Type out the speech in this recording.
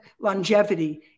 longevity